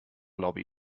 lobby